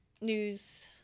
news